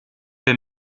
der